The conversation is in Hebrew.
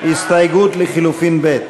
הסתייגות לחלופין (ב).